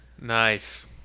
Nice